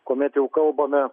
kuomet jau kalbame